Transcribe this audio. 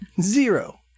Zero